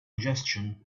congestion